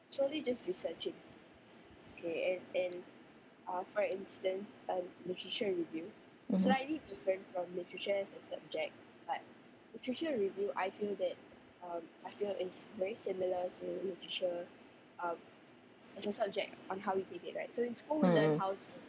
mmhmm mm mm